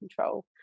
control